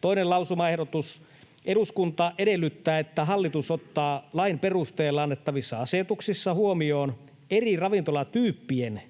Toinen lausumaehdotus: ”Eduskunta edellyttää, että hallitus ottaa lain perusteella annettavissa asetuksissa huomioon eri ravintolatyyppien